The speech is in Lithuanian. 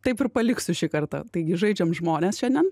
taip ir paliksiu šį kartą taigi žaidžiam žmonės šiandien